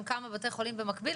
עם כמה בתי חולים במקביל,